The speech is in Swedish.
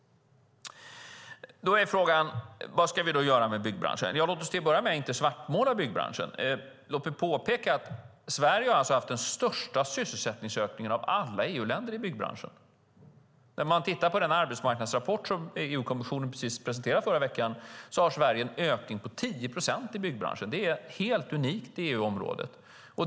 Då är frågan: Vad ska vi göra med byggbranschen? Ja, låt oss till att börja med inte svartmåla byggbranschen. Låt mig påpeka att Sverige alltså har haft den största sysselsättningsökningen av alla EU-länder i byggbranschen. När man tittar på den arbetsmarknadsrapport som EU-kommissionen presenterade förra veckan ser man att Sverige har en ökning på 10 procent i byggbranschen. Det är helt unikt i EU-området.